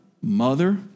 mother